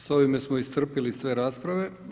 S ovime smo iscrpili sve rasprave.